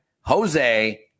Jose